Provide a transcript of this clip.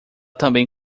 também